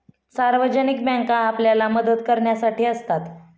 सार्वजनिक बँका आपल्याला मदत करण्यासाठी असतात